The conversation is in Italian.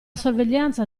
sorveglianza